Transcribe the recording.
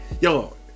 yo